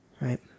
right